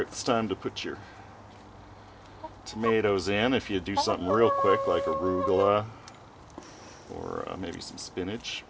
it's time to put your tomatoes in if you do something real quick like a door or maybe some spinach